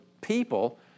people